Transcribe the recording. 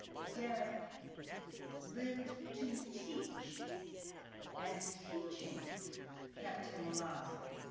derrick lived to teach and teaching kept him alive.